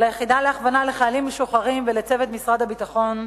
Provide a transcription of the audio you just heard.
ליחידה להכוונת חיילים משוחררים ולצוות משרד הביטחון,